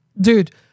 dude